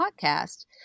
podcast